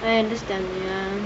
I understand ya